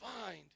find